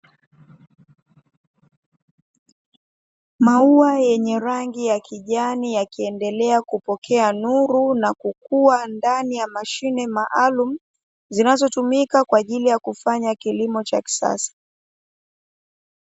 Maua yenye rangi ya kijani yakiendelea kupokea nuru na kukua ndani ya mashine maalumu, zinazotumika kwaajili ya kufanya kilimo cha kisasa.